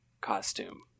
costume